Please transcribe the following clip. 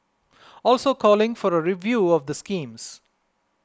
also calling for a review of the schemes